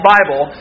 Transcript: Bible